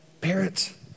parents